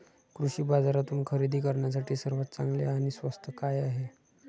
कृषी बाजारातून खरेदी करण्यासाठी सर्वात चांगले आणि स्वस्त काय आहे?